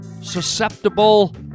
susceptible